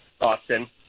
Austin